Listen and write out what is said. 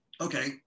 okay